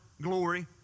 glory